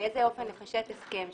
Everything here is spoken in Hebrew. באיזה אופן לפשט הסכם,